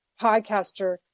podcaster